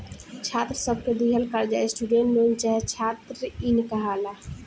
छात्र सब के दिहल कर्जा स्टूडेंट लोन चाहे छात्र इन कहाला